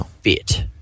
fit